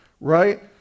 Right